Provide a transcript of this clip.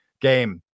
game